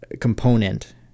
component